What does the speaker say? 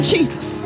Jesus